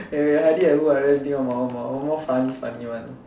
wait wait Heidi and who ah let me think of one more one more funny funny one